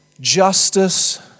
justice